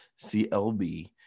CLB